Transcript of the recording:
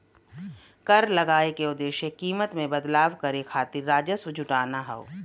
कर लगाये क उद्देश्य कीमत में बदलाव करे खातिर राजस्व जुटाना हौ